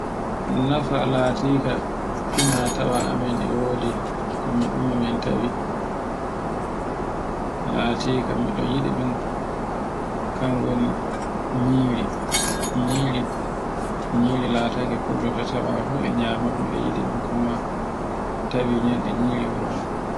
nafa latika fina tawa a min e wodi. Ko min ummi min tawi. Latika miɗo yiɗi ɗum kna woni nwure, nyiri, nyiri latake fullo to saba fu e nyama ɗum e yiɗi ɗum kuma tawe nyanɗe nyiri wuro mun.